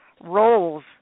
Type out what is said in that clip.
roles